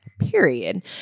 period